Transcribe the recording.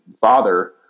Father